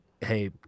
Hey